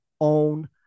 own